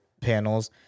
panels